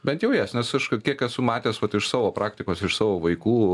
bent jau jas nes aš kiek esu matęs vat iš savo praktikos iš savo vaikų